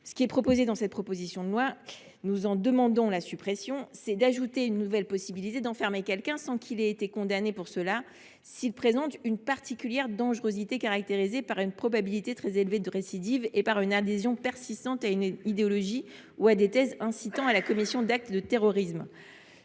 Il est proposé, dans cette proposition de loi, d’ajouter dans le code de procédure pénale une nouvelle possibilité d’enfermer quelqu’un sans qu’il y ait été condamné, s’il « présente une particulière dangerosité caractérisée par une probabilité très élevée de récidive et par une adhésion persistante à une idéologie ou à des thèses incitant à la commission d’actes de terrorisme